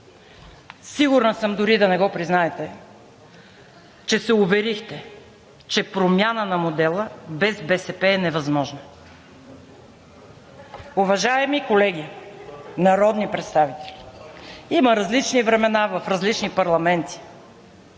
Сигурна съм, дори да не го признаете, че се уверихте, че промяна на модела без БСП е невъзможна. Уважаеми колеги народни представители, има различни времена в различни парламенти.